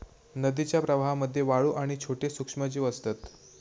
नदीच्या प्रवाहामध्ये वाळू आणि छोटे सूक्ष्मजीव असतत